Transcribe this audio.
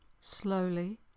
slowly